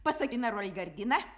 pasakina roigardina